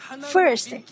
First